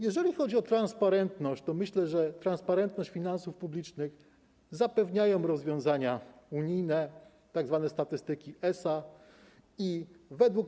Jeżeli chodzi o transparentność, to myślę, że transparentność finansów publicznych zapewniają rozwiązania unijne, tzw. statystyki ESA.